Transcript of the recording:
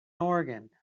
organ